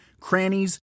crannies